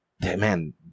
Man